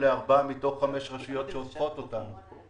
לארבע מתוך חמש רשויות שעוטפות אותנו.